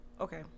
okay